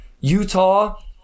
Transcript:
Utah